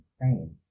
saints